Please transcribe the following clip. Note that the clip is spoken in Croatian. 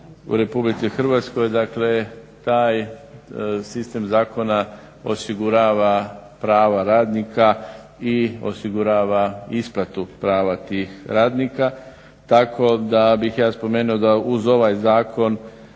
u RH. Dakle, taj sistem zakona osigurava prava radnika i osigurava isplatu prava tih radnika. Tako da bih ja spomenuo da uz ovaj Zakon